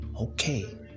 okay